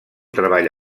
treball